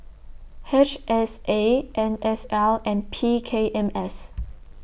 H S A N S L and P K M S